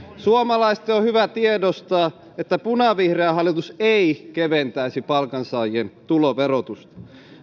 suomalaisten on hyvä tiedostaa että punavihreä hallitus ei keventäisi palkansaajien tuloverotusta